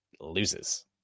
loses